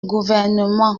gouvernement